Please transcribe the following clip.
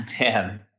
man